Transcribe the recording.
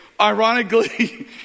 Ironically